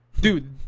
dude